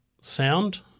sound